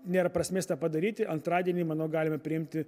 nėra prasmės tą padaryti antradienį manau galime priimti